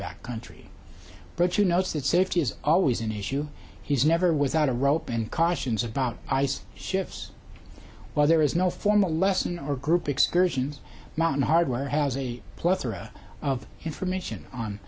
back country but you notice that safety is always an issue he's never without a rope and cautions about ice shifts while there is no formal lesson or group excursions mountain hardware has a plethora of information on